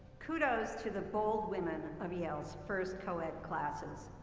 kudos to the bold women of yale's first co-ed classes.